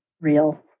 real